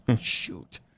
Shoot